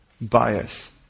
bias